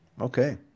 Okay